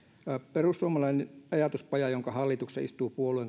perussuomalainen ajatuspaja jonka hallituksessa istuu puolueen